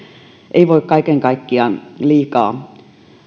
ei voi kaiken kaikkiaan liikaa